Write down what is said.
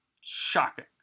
shocking